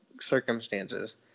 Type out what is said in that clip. circumstances